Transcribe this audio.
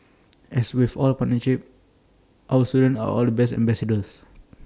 as with all partnerships our students are our best ambassadors